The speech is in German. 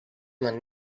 man